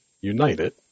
United